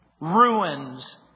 ruins